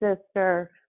sister